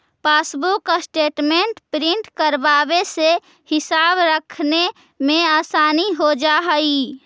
passbook statement print करवावे से हिसाब रखने में आसानी हो जा हई